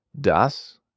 das